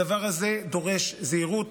הדבר הזה דורש זהירות,